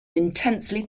intensely